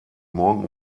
morgen